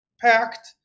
packed